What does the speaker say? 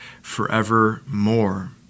forevermore